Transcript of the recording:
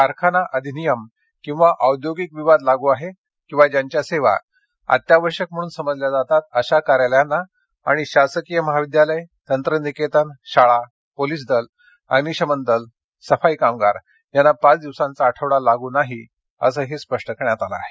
कारखाना अधिनियम किंवा औद्योगिक विवाद लागू आहे किंवा ज्यांच्या सेवा अत्यावश्यक म्हणून समजल्या जातात अशा कार्यालयांना आणि शासकीय महाविद्यालयं तंत्रनिकेतन शाळा पोलीस दल अग्निशमन दल सफाई कामगार यांना पाच दिवसांचा आठवडा लागू नाही असंही स्पष्ट करण्यात आलं आहे